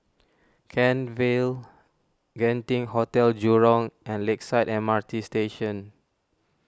Kent Vale Genting Hotel Jurong and Lakeside M R T Station